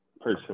person